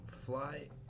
fly